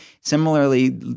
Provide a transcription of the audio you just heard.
Similarly